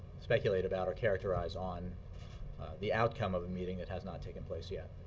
speculate about or characterize on the outcome of a meeting that has not taken place yet.